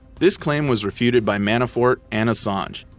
this claim was refuted by manafort and assange,